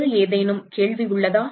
வேறு ஏதேனும் கேள்வி உள்ளதா